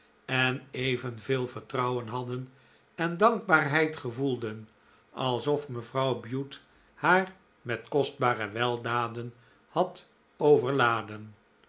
en evenveel vertrouwen hadden en dankbaarheid gevoelden alsof mevrouw bute haar met kostbare weldaden had overladen